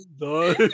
No